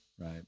Right